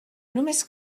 només